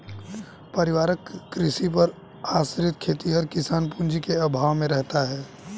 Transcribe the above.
पारिवारिक कृषि पर आश्रित खेतिहर किसान पूँजी के अभाव में रहता है